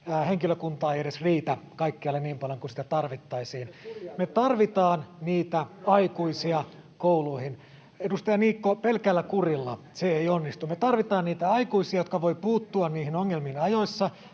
henkilökuntaa ei edes riitä kaikkialle niin paljon kuin sitä tarvittaisiin. Me tarvitaan niitä aikuisia kouluihin. [Mika Niikko: Entäs tuleeko lisää kuria?] — Edustaja Niikko, pelkällä kurilla se ei onnistu. — Me tarvitaan niitä aikuisia, jotka voivat puuttua niihin ongelmiin ajoissa.